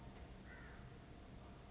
oh my god